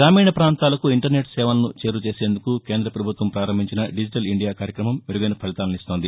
గ్రామీణ ప్రాంతాలకూ internet సేవలను చేరువ చేసేందుకు కేంద్ర ప్రభుత్వం ప్రారంభించిన డిజిటల్ ఇండియా కార్యక్రమం మెరుగైన ఫలితాలనిస్తోంది